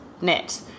knit